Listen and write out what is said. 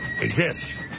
exist